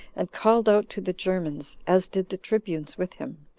and called out to the germans, as did the tribunes with him,